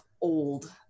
old